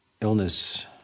illness